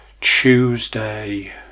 Tuesday